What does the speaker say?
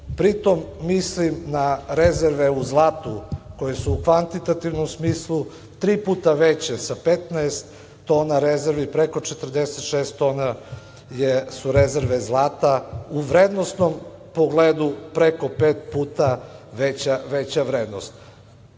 pritom mislim na rezerve u zlatu koje su u kvantitativnom smislu tri puta veće sa 15 tona rezervi preko 46 tona su rezerve zlata u vrednosnom pogledu preko puta veća vrednost. Neko